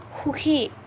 সুখী